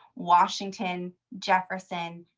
washington, jefferson,